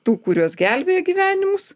tų kuriuos gelbėja gyvenimus